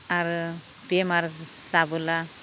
आरो बेमार जाबोला